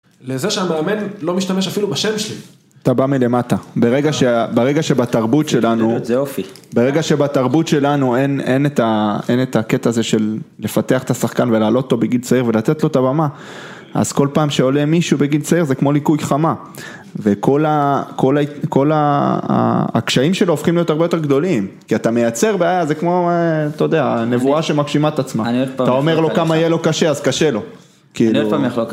לזה שהמאמן לא משתמש אפילו בשם שלי. אתה בא מלמטה, ברגע שבתרבות שלנו, זה אופי, ברגע שבתרבות שלנו אין את הקטע הזה של לפתח את השחקן ולהעלות אותו בגיל צעיר ולתת לו את הבמה, אז כל פעם שעולה מישהו בגיל צעיר זה כמו ליקוי חמה וכל הקשיים שלו הופכים להיות הרבה יותר גדולים, כי אתה מייצר בעיה, זה כמו, אתה יודע, נבואה שמגשימה את עצמך. אתה אומר לו כמה יהיה לו קשה, אז קשה לו.